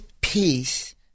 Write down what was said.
peace